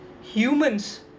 Humans